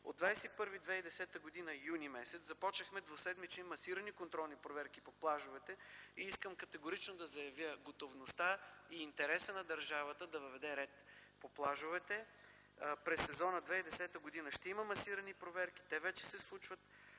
От 21 юни 2010 г. започнахме двуседмични масирани контролни проверки по плажовете. Искам категорично да заявя готовността и интереса на държавата да въведе ред по плажовете през Сезон 2010 г. Ще имаме масирани проверки. Те вече се случват.